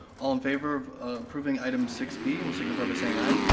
all in favor of approving item six b will signify by saying aye.